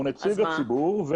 הוא נציג הציבור,